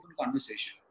conversation